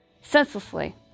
Senselessly